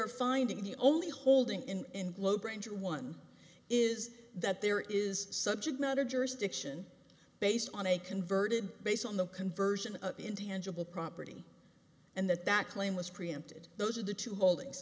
are finding the only holding in globe ranger one is that there is subject matter jurisdiction based on a converted base on the conversion of intangible property and that that claim was preempted those are the two holdings